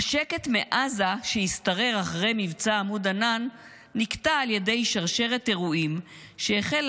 "השקט מעזה שהשתרר אחרי מבצע עמוד ענן נקטע על ידי שרשרת אירועים שהחלה